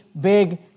big